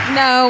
no